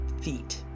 feet